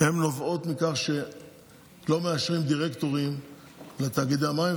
נובעות מכך שלא מאשרים דירקטורים לתאגידי המים,